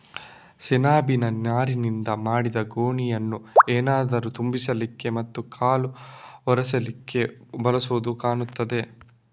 ಸೆಣಬಿನ ನಾರಿನಿಂದ ಮಾಡಿದ ಗೋಣಿಯನ್ನ ಏನಾದ್ರೂ ತುಂಬಿಸ್ಲಿಕ್ಕೆ ಮತ್ತೆ ಕಾಲು ಒರೆಸ್ಲಿಕ್ಕೆ ಬಳಸುದು ಕಾಣ್ತದೆ